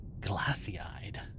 glassy-eyed